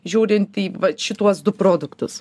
žiūrint į va šituos du produktus